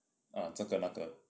啊这个那个